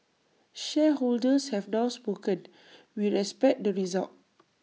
shareholders have now spoken we respect the result